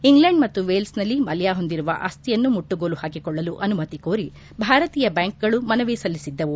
England ಮತ್ತು ವೇಲ್ಗ್ನಲ್ಲಿ ಮಲ್ಡಾ ಹೊಂದಿರುವ ಆಸ್ತಿಯನ್ನು ಮುಟ್ಟುಗೋಲು ಹಾಕಿಕೊಳ್ಳಲು ಅನುಮತಿ ಕೋರಿ ಭಾರತೀಯ ಬ್ಲಾಂಕ್ಗಳು ಮನವಿ ಸಲ್ಲಿಸಿದ್ದವು